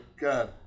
God